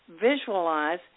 visualize